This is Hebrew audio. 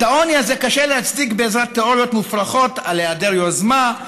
את העוני הזה קשה להצדיק בעזרת תיאוריות מופרכות על היעדר יוזמה,